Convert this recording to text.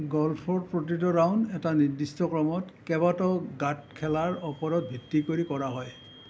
গল্ফৰ প্ৰতিটো ৰাউণ্ড এটা নিৰ্দিষ্ট ক্ৰমত কেইবাটাও গাঁত খেলাৰ ওপৰত ভিত্তি কৰি কৰা হয়